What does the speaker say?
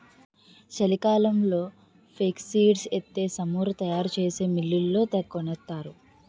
చలికాలంలో ఫేక్సీడ్స్ ఎత్తే సమురు తయారు చేసే మిల్లోళ్ళు తెగకొనేత్తరు